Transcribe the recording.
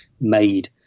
made